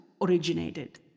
originated